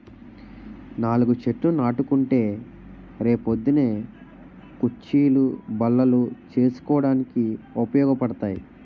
నాలుగు చెట్లు నాటుకుంటే రే పొద్దున్న కుచ్చీలు, బల్లలు చేసుకోడానికి ఉపయోగపడతాయి